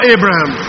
Abraham